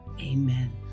Amen